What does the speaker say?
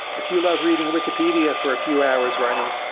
if you love reading wikipedia for a few hours running,